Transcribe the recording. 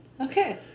okay